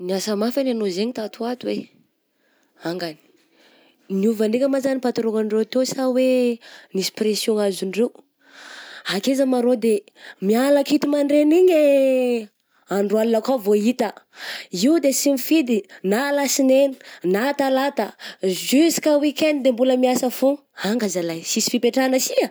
Niasa mafy any anao zegny tato ho ato eh, angany niova ndraika nga ma zany patron andreo teo sa hoe nisy pression azondreo? Akaiza ma rô de miala akito mandraigna iny eh andro aligna koa vo hita, io de sy mifidy na alasinainy na talata jusqu' à weekend de mbola miasa fô, anga zalahy eh, sisy fipetrahigna si ah.